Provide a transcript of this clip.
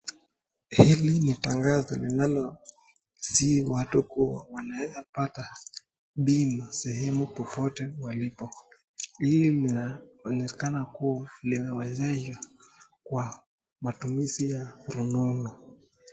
Hili ni tangazo linalosihi watu kuwa wanawezapata bima sehemu popote walipo ,hili linaonekana kuwa linawezesha kwa matumizi ya rununu.